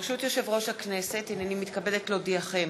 ברשות יושב-ראש הכנסת, הנני מתכבדת להודיעכם,